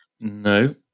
No